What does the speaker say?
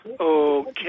Okay